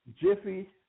Jiffy